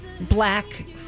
black